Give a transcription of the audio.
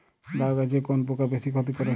লাউ গাছে কোন পোকা বেশি ক্ষতি করে?